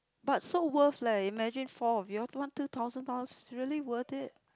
but so worth leh imagine four of you all one two thousand dollars is really worth it